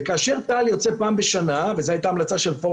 וכאשר צה"ל יוצא פעם בשנה, וזו